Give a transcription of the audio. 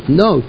no